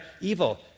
evil